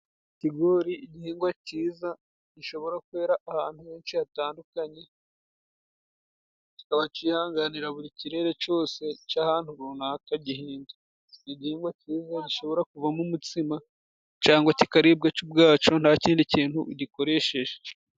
Ikigori ni igihingwa cyiza gishobora kwera ahantu henshi hatandukanye. Cikaba cihanganira buri cirere cose c'ahantu runaka gihinzwe. Ni igihingwa cyiza gishobora kuvamo umutsima, cyangwa kikaribwa cyo ubwaco nta kindi kintu ugikoresheje.